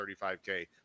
35K